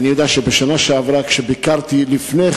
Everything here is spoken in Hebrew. ואני יודע שבשנה שעברה כשביקרתי לפני,